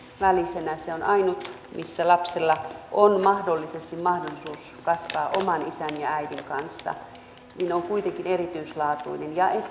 välisenä ainut missä lapsella on mahdollisesti mahdollisuus kasvaa oman isän ja äidin kanssa on kuitenkin erityislaatuinen ja